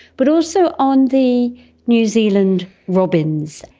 but also on the new zealand robins.